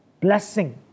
blessing